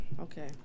Okay